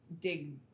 dig